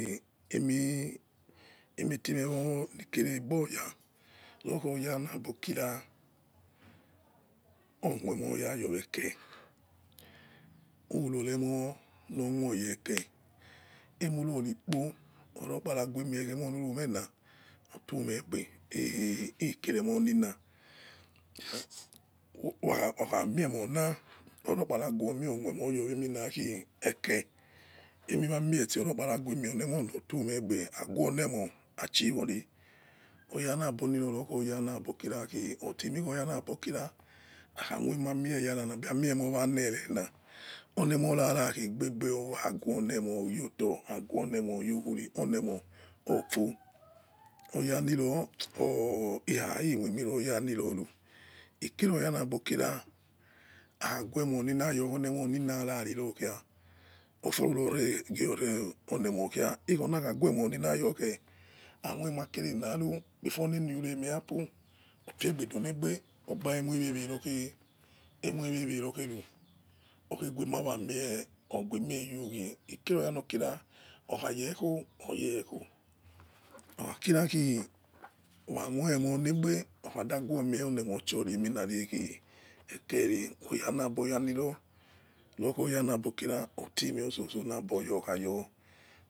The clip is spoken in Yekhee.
Emi, emai itse me wo aigbe na saya lo kho ya labo lo kha ra okhu mo yo yowekhe airumon li khere, ke emin ruoi kpi orokpa rak ghue mie enu roya oto mie igbe oghuele moe achiwore oya babo liro liyakholo lokira akha moi maimie kharai labil aimo aina mie ware la olewora okho ghe ghe debe oh khuo olemo yoto aghi olemon yoroghiorio olemon oifo oya liro imiomi ro oya liro are ikere oya lokira akha ghuemen olemo na ina riro kha iyore regbe yowo owa kior akha guilemore aimie ma kere lari before lare mai happen ofi egbe degbe ogba huewe logbe ru. Oghe ghuma wa mie oghue me wewe ikere owo no kira okha ye kho oye kho okira khi wakha mame emo legbe rele mon churi eke yokho oya letse me wo.